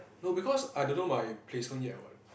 no because I don't know my placement yet what